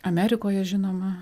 amerikoje žinoma